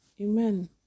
Amen